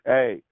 Hey